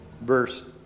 verse